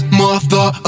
mother